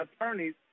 attorneys